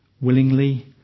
Willingly